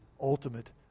ultimate